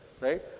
right